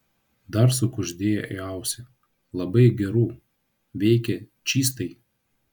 dar sukuždėjo į ausį labai gerų veikia čystai